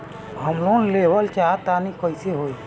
हम लोन लेवल चाह तानि कइसे होई?